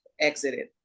exited